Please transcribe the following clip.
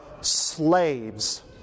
slaves